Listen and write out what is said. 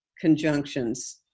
conjunctions